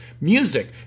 music